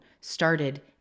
started